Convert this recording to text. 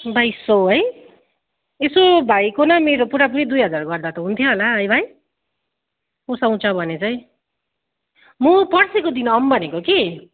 बाइस सय है यसो भाइको न मेरो पुरापुरी दुई हजार गर्दा त हुन्थ्यो होला है भाइ पोसाउँछ भने चाहिँ म पर्सीको दिन आउँ भनेको कि